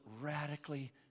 radically